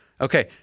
Okay